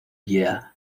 yeah